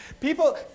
People